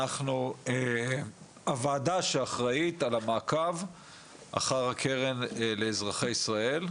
אנחנו הוועדה שאחראית על המעקב אחר הקרן לאזרחי ישראל,